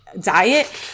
diet